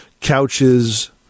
couches